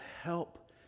help